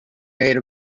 made